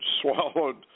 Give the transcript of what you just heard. swallowed